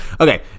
Okay